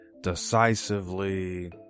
decisively